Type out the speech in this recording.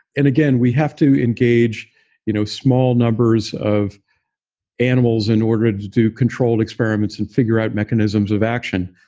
and again, we have to engage you know small numbers of animals in order to do controlled experiments and figure out mechanisms of action.